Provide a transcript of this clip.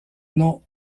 nom